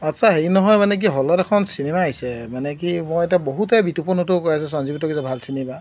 আচ্ছা হেৰি নহয় মানে কি হ'লত এখন চিনেমা আহিছে মানে কি মই এতিয়া বহুতে বিতোপন হঁতেও কৈ আছে চঞ্জীৱ হঁতেও কৈছে ভাল চিনেমা